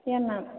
okay ma'am